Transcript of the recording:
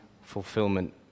fulfillment